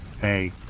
Hey